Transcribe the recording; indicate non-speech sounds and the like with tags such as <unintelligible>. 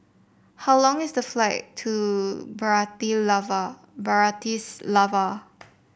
how long is the flight to <unintelligible> Bratislava